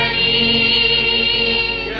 a